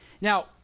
Now